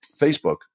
Facebook